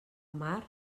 mar